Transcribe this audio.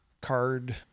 card